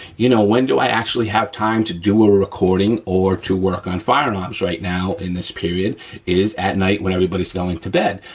you know, when do i actually have time to do a recording or to work on firearms right now in this period is at night when everybody's going to bed,